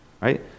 right